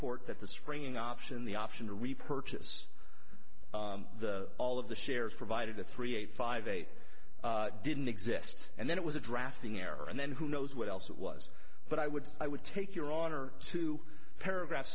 court that the spring option in the option to repurchase the all of the shares provided to three eight five eight didn't exist and then it was a drafting error and then who knows what else it was but i would i would take your honor to paragraph